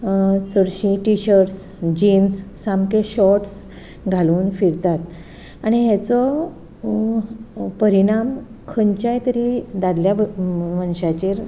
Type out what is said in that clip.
चडशीं T-shirts jeans सामके shorts घालून फिरतात आनी हाचो परिणाम खंयच्याय तरी दादल्या मनशाचेर